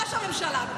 טלי, סבלנות.